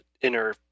inner